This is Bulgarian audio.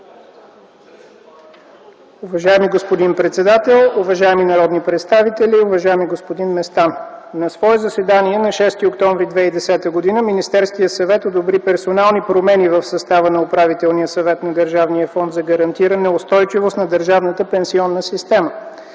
Уважаеми господин председател, уважаеми народни представители, уважаеми господин Местан! На свое заседание на 6 октомври 2010 г. Министерският съвет одобри персонални промени в състава на Управителния съвет на Държавния фонд за гарантиране на устойчивост на държавната пенсионна система.